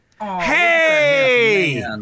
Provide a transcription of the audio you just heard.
Hey